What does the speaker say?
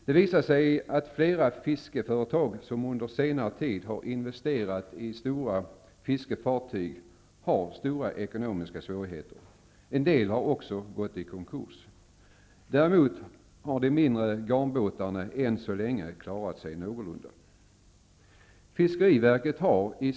Det visar sig att flera fiskeföretag som under senare tid har investerat i stora fiskefartyg har stora ekonomiska svårigheter. En del har också gått i konkurs. Däremot har de mindre garnbåtarna än så länge klarat sig någorlunda.